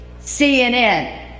CNN